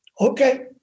Okay